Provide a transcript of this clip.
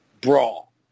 brawl